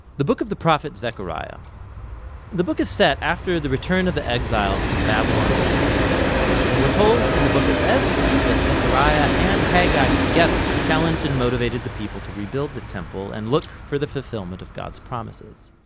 the book of the prophet zechariah the book is set after the return of the exiles from babylon to jerusalem and we're told in the book of ezra that zechariah and haggai together challenged and motivated the people to rebuild the temple and look for the fulfillment of god's promises.